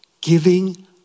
Giving